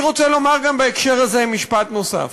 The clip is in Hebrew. אני רוצה לומר בהקשר הזה משפט נוסף: